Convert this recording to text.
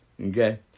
Okay